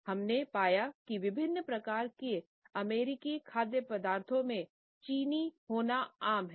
हम ने पाया कि विभिन्न प्रकार के अमेरिकी खाद्य पदार्थों में चीनी होना आम है